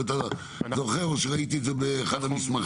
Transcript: אם אתה זוכר או שראיתי את זה באחד המסמכים.